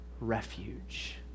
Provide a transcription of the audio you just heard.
refuge